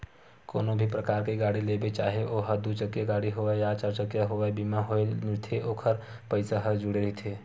कोनो भी परकार के गाड़ी लेबे चाहे ओहा दू चकिया गाड़ी होवय या चरचकिया होवय बीमा होय मिलथे ओखर पइसा ह जुड़े रहिथे